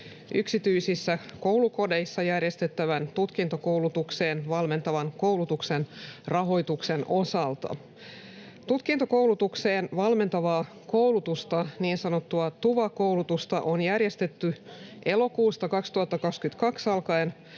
yksityisissä koulukodeissa järjestettävän tutkintokoulutukseen valmentavan koulutuksen rahoituksen osalta. Tutkintokoulutukseen valmentavaa koulutusta, niin sanottua TUVA-koulutusta, on järjestetty elokuusta 2022 alkaen